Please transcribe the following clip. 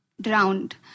Drowned